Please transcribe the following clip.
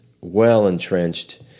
well-entrenched